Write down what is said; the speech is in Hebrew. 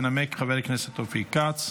ינמק, חבר הכנסת אופיר כץ,